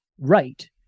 right